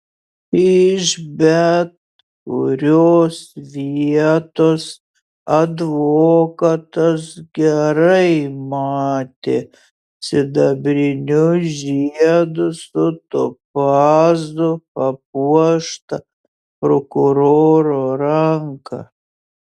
iš bet kurios vietos advokatas gerai matė sidabriniu žiedu su topazu papuoštą prokuroro ranką